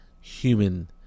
human